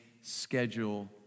schedule